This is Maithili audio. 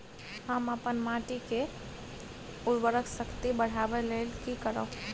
हम अपन माटी के उर्वरक शक्ति बढाबै लेल की करब?